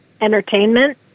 entertainment